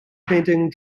painting